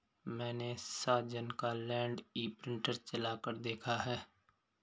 मैने साजन का land imprinter चलाकर देखा है